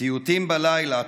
סיוטים בלילה,